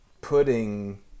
putting